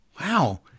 wow